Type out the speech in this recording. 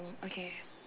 okay